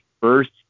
first